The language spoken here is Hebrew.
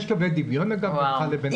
יש קווי דמיון בינך לבין האחים שלך?